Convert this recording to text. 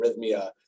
arrhythmia